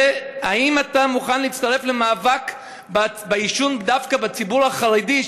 האם אתה מוכן להצטרף למאבק בעישון דווקא בציבור החרדי?